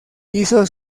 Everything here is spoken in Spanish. hizo